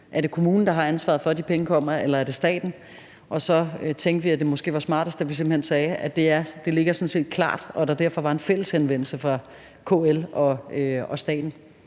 det er kommunen, der har ansvaret for, at de penge kommer, eller om det er staten. Så tænkte vi, at det måske var smartest, at vi simpelt hen sagde, at det sådan set ligger klart, og at det derfor blev en fælles henvendelse fra KL og staten,